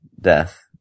death